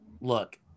look